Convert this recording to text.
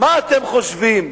מה אתם חושבים,